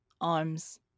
Arms